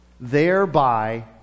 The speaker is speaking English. thereby